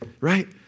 right